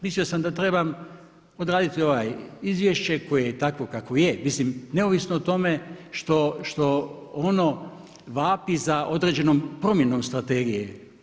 Mislio sam da trebam odraditi ovo izvješće koje je takvo kakvo je, mislim neovisno o tome što ono vapi za određenom promjenom strategije.